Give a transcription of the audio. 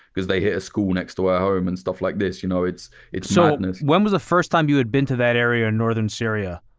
because they hit a school next to her home and stuff like this. you know it's it's so madness. when was the first time you had been to that area in northern syria?